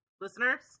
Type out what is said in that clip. Listeners